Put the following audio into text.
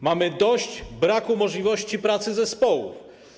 Mamy dość braku możliwości pracy zespołów.